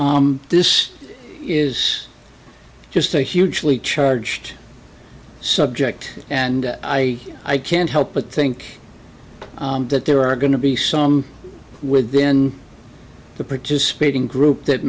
or this is just a hugely charged subject and i can't help but think that there are going to be some within the participating group that